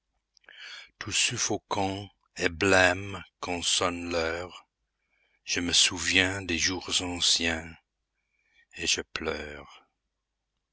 tout suffocant et blême quand sonne l'heure je me souviens des jours anciens et je pleure